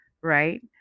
right